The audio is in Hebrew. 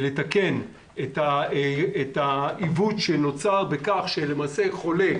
לתקן את העיוות שנוצר בכך שחולה